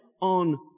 on